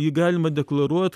jį galima deklaruot